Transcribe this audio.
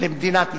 למדינת ישראל.